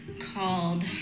called